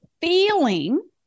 feeling